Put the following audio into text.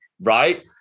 right